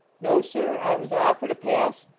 no, sir i was offered a pass,